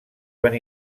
van